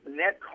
net